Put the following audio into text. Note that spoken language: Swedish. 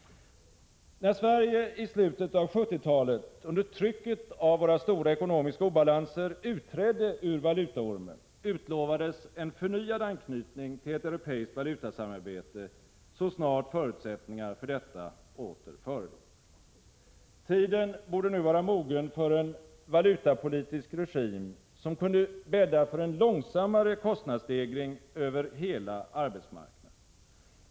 När Sverige i slutet av 1970-talet under trycket av våra stora ekonomiska obalanser utträdde ur valutaormen, utlovades en förnyad anknytning till ett europeiskt valutasamarbete, så snart förutsättningar för detta åter förelåg. Tiden borde nu vara mogen för en valutapolitisk regim, som kunde bädda för en långsammare kostnadsstegring över hela arbetsmarknaden.